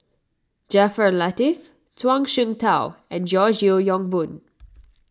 Jaafar Latiff Zhuang Shengtao and George Yeo Yong Boon